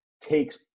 takes